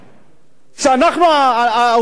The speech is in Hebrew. שהוא האדונים שלנו?